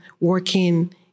working